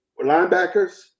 Linebackers